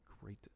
great